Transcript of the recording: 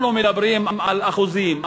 אנחנו מדברים על אחוזים,